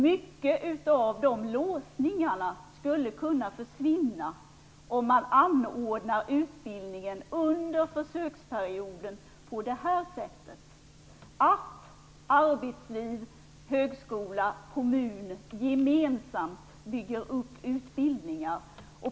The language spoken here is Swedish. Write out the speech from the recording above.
Många av de låsningarna skulle kunna försvinna om man under försöksperioden anordnar utbildningen på så sätt att arbetsliv, högskola och kommuner gemensamt bygger upp utbildningar.